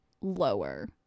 lower